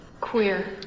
Queer